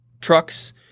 trucks